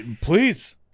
Please